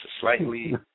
slightly